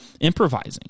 improvising